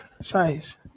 size